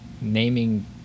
Naming